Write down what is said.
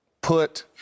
Put